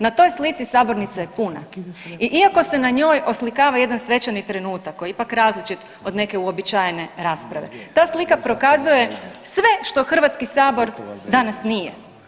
Na toj slici sabornica je puna i ako se na njoj oslikava jedan svečani trenutak koji je ipak različit od neke uobičajene rasprave ta slika prokazuje sve što Hrvatski sabor danas nije.